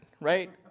right